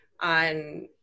on